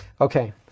Okay